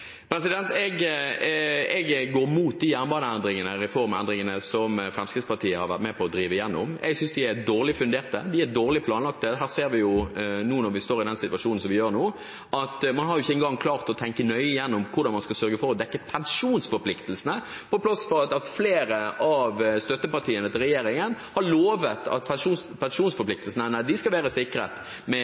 Jeg går imot de jernbaneendringene, reformendringene, som Fremskrittspartiet har vært med på å drive gjennom. Jeg synes de er dårlig fundert, og de er dårlig planlagt. Her ser vi jo, når vi står i den situasjonen som vi gjør nå, at man har ikke engang klart å tenke nøye gjennom hvordan man skal sørge for å dekke pensjonsforpliktelsene, til tross for at flere av støttepartiene til regjeringen har lovet at pensjonsforpliktelsene skal være sikret med